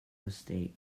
mistake